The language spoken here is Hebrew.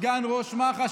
סגן ראש מח"ש,